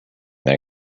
than